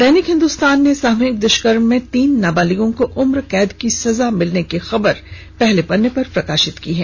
दैनिक हिन्दुस्तान ने सामूहिक दुष्कर्म में तीन नाबालिगों को उम्र कैद की सजा मिलने की खबर को पहले पन्ने पर छापा है